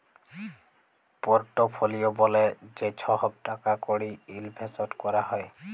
portfolio ব্যলে যে ছহব টাকা কড়ি ইলভেসট ক্যরা হ্যয়